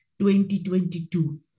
2022